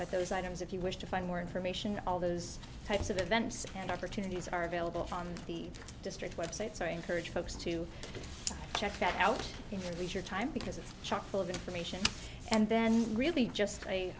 but those items if you wish to find more information all those types of events and opportunities are available on the district web sites i encourage folks to check out your leisure time because it's chock full of information and then really just a